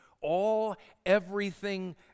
all-everything